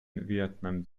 vietnam